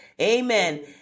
Amen